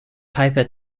paper